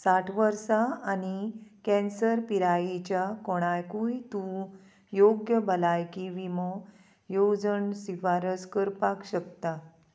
साठ वर्सां आनी कँसर पिरायेच्या कोणाकूय तूं योग्य भलायकी विमो येवजण शिफारस करपाक शकता